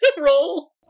Roll